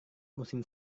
musim